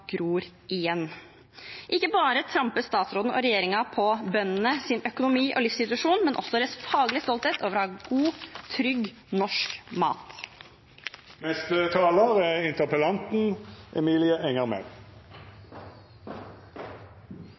gror igjen. Ikke bare tramper statsråden og regjeringen på bøndenes økonomi og livssituasjon, men også på deres faglige stolthet over å ha god, trygg norsk